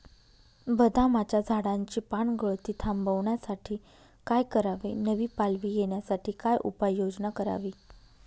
बदामाच्या झाडाची पानगळती थांबवण्यासाठी काय करावे? नवी पालवी येण्यासाठी काय उपाययोजना करावी?